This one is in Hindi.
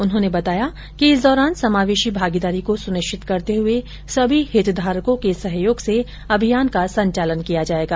उन्होंने बताया कि इस दौरान समावेशी भागीदारी को सुनिश्चित करते हुए सभी हितधारकों के सहयोग से अभियान का संचालन किया जाएगा